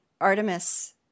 Artemis